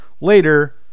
later